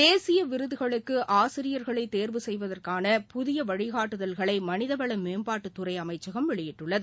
தேசிய விருதுகளுக்கு ஆசிரியர்களை தேர்வு செய்வதற்கான புதிய வழிகாட்டுதல்களை மனித வள மேம்பாட்டுத்துறை அமைச்சகம் வெளியிட்டுள்ளது